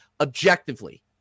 objectively